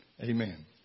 Amen